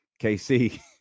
KC